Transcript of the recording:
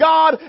God